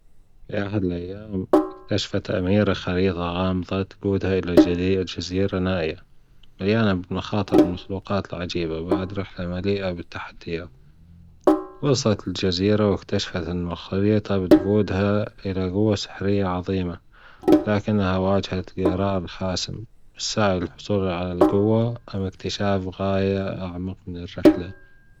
في أحد الأيام أكتشفت أميرة خريطة غامضة تجودها إلى جزي- جزيرة نائية مليانة بالمخاطر والمخلوقات العجيبة بعد رحلة مليئة بالتحديات وصلت إلى الجزيرة وأكتشفت أن الخريطة بتجودها إلى ققوة سحرية عظيمة لكنها واجهت لسعي لحصولها على الجوة أم أكتشاف غاية أعمق من الرحلة.